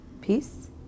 Peace